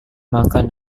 makan